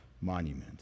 monument